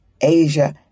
Asia